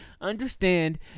Understand